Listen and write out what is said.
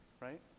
right